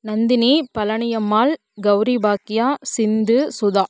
Nandini Palaniammal Gowribhagya Sindhu Sudha